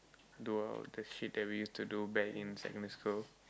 do all the shit that we used to do back in secondary school